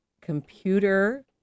computer